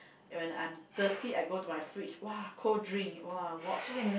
when I am thirsty I go to my fridge !wah! cold drink !wah! watch